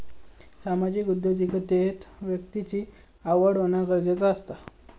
सामाजिक उद्योगिकतेत व्यक्तिची आवड होना गरजेचा असता